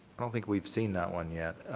i don't think we've seen that one yet.